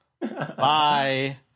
bye